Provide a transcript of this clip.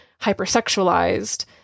hypersexualized